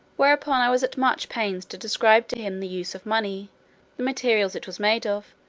whereupon i was at much pains to describe to him the use of money, the materials it was made of,